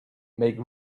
make